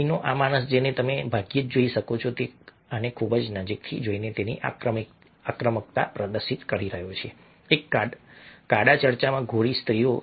અહીંનો આ માણસ જેને તમે ભાગ્યે જ જોઈ શકો છો તે આને ખૂબ નજીકથી જોઈને તેની આક્રમકતા પ્રદર્શિત કરી રહ્યો છે એક કાળા ચર્ચમાં ગોરી સ્ત્રીઓ